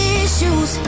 issues